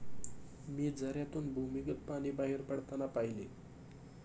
मी झऱ्यातून भूमिगत पाणी बाहेर पडताना पाहिले